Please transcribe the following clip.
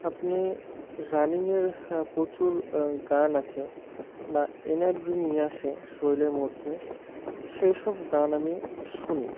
আপনি রানিংয়ের প্রচুর গান আছে বা এনার্জি নিয়ে আসে শরীরের মধ্যে সেই সব গান আমি শুনি